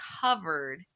covered